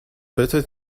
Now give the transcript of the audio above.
better